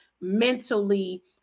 mentally